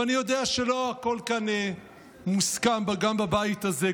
ואני יודע שלא הכול כאן מוסכם גם בבית הזה,